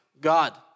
God